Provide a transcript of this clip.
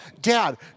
Dad